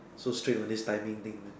so strict on this timing thing man